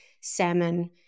salmon